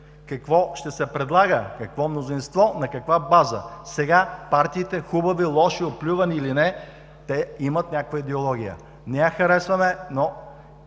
Какво ще се предлага? Какво мнозинство? На каква база? Сега партиите хубави, лоши, оплювани или не, те имат някаква идеология. Не я харесваме, но